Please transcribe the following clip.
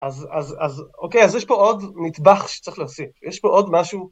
אז אוקיי, אז יש פה עוד מטבח שצריך להוסיף, יש פה עוד משהו...